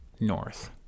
north